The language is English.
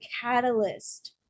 catalyst